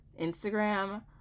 Instagram